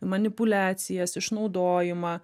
manipuliacijas išnaudojimą